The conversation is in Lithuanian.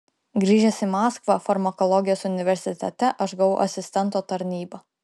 grįžęs į maskvą farmakologijos universitete aš gavau asistento tarnybą